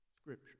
Scripture